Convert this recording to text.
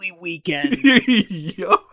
weekend